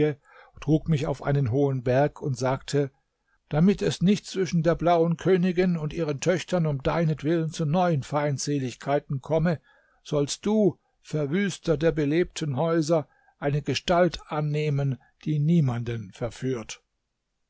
trug mich auf einen hohen berg und sagte damit es nicht zwischen der blauen königin und ihren töchtern um deinetwillen zu neuen feindseligkeiten komme sollst du verwüster der belebten häuser eine gestalt annehmen die niemanden verführt